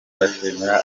ndashimira